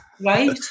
Right